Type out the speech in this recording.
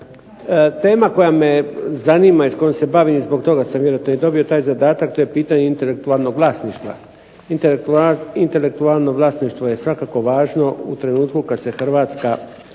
Tema koja me zanima i s kojom se bavim, zbog toga sam vjerojatno i dobio taj zadatak, to je pitanje intelektualnog vlasništva. Intelektualno vlasništvo je svakako važno u trenutku kad se Hrvatska